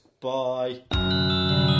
Bye